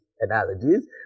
analogies